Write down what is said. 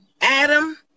Adam